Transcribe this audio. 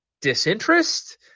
disinterest